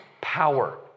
power